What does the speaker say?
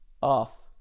off